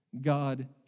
God